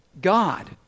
God